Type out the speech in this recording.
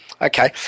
Okay